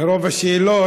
מרוב השאלות,